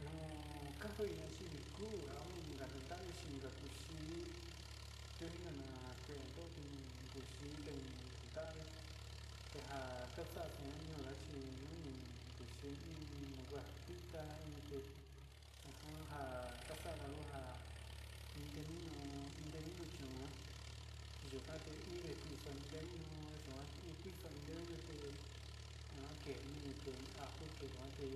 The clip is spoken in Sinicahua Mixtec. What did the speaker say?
No'o kajuaiga chivii kuu inja ka nundavi chingakuxi tunjinana kuendoti iin nguu xhii tenundavi ya'a kaxa'a, xia nañoaxhi nuñi, nii chi iin nakua kuii ta inte kuita xanja kaxava intemino intemino chón, yuu kande iin xakuxemi yuu kuante iin kuixoni yumino nune ajan ke ñii ke ajo keñoate